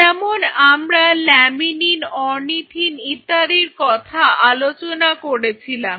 যেমন আমরা laminin ornithine ইত্যাদির কথা আলোচনা করেছিলাম